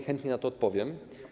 Chętnie na nie odpowiem.